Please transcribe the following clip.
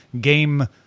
game